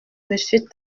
monsieur